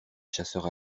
chasseurs